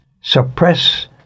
suppress